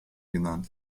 genannt